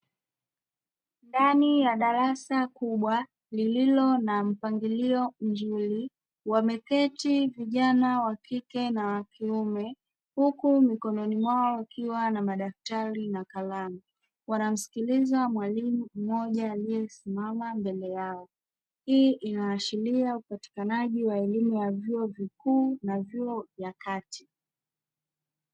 Ndani ya darasa kubwa lililo na mpangilio mzuri wameketi vijana wakike na wakiume huku mikononi mwao kukiwa na madaftari na kalamu wanamsikiliza mwalimu mmoja aliyesimama mbele yao, hii inaashiria upatikanaji elimu ya vyuo vikuu na vyuo vya kati.